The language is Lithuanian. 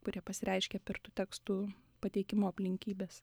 kurie pasireiškia per tų tekstų pateikimo aplinkybes